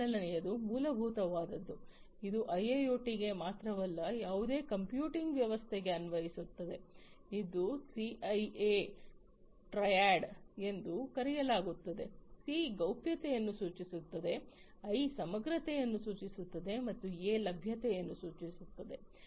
ಮೊದಲನೆಯದು ಮೂಲಭೂತವಾದದ್ದು ಇದು ಐಐಒಟಿಗೆ ಮಾತ್ರವಲ್ಲ ಯಾವುದೇ ಕಂಪ್ಯೂಟಿಂಗ್ ವ್ಯವಸ್ಥೆಗೆ ಅನ್ವಯಿಸುತ್ತದೆ ಇದನ್ನು ಸಿಐಎ ಟ್ರಯಾಡ್ ಎಂದು ಕರೆಯಲಾಗುತ್ತದೆ ಸಿ ಗೌಪ್ಯತೆಯನ್ನು ಸೂಚಿಸುತ್ತದೆ ಐ ಸಮಗ್ರತೆಯನ್ನು ಸೂಚಿಸುತ್ತದೆ ಮತ್ತು ಎ ಲಭ್ಯತೆಯನ್ನು ಸೂಚಿಸುತ್ತದೆ